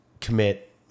commit